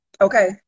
Okay